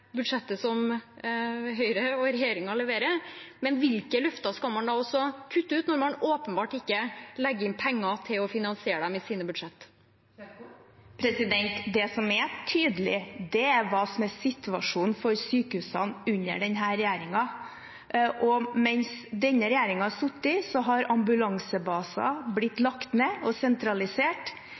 budsjettet som Høyre og regjeringen leverer – men hvilke løfter skal man da kutte ut, når man åpenbart ikke legger inn penger til å finansiere dem i sine budsjetter? Det som er tydelig, er hva som er situasjonen for sykehusene under denne regjeringen. Mens denne regjeringen har sittet, har ambulansebaser blitt lagt ned og sentralisert,